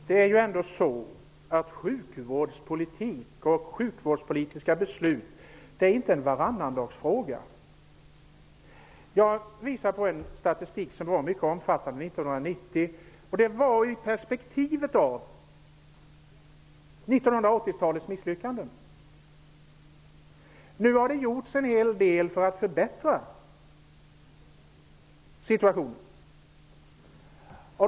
Herr talman! Sjukvårdspolitik och sjukvårdspolitiska beslut är ju faktiskt inte en varannandagsfråga. Jag visade på en mycket omfattande statistik från 1990 som gjordes i perspektivet av 1980-talets misslyckanden. Nu har en hel del gjorts för att förbättra situationen.